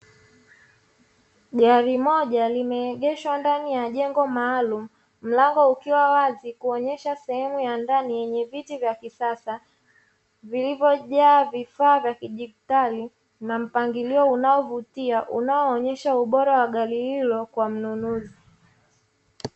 Gari moja limeegeshwa ndani ya jengo maalumu, mlango ukiwa wazi kuonyesha sehemu ya ndani yenye viti vya kisasa vilivyojaa vifaa vya kidigitali na mpangilio unaovutia, unaoonyesha ubora wa gari hilo kwa mnunuzi.